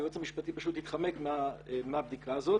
היועץ המשפטי פשוט התחמק מהבדיקה הזאת